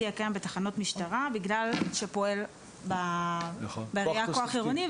הקיים בתחנות משטרה בגלל שפועל בעירייה כוח עירוני,